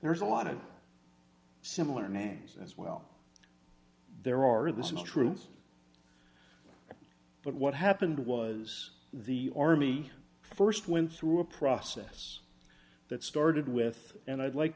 there's a lot of similar names as well there are this is true but what happened was the army first went through a process that started with and i'd like